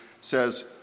says